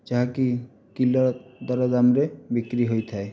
ଯାହାକି କିଲ ଦରଦାମରେ ବିକ୍ରି ହୋଇଥାଏ